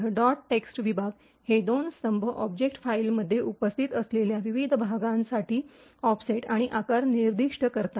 text विभाग हे दोन स्तंभ ऑब्जेक्ट फाइलमध्ये उपस्थित असलेल्या विविध विभागांसाठी ऑफसेट आणि आकार निर्दिष्ट करतात